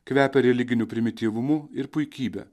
kvepia religiniu primityvumu ir puikybe